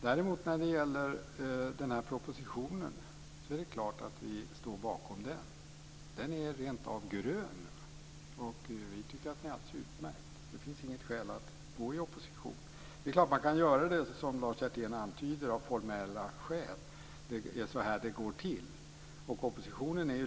Det var ju så att man var överens i de stora frågorna.